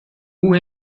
hoe